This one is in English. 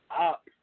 up